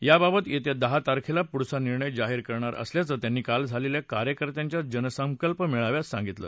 याबाबत येत्या दहा तारखेला पुढचा निर्णय जाहीर करणार असल्याचं त्यांनी काल झालेल्या कार्यकर्त्यांच्या जनसंकल्प मेळाव्यात सांगितलं